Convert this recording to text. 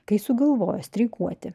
kai sugalvojo streikuoti